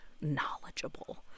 knowledgeable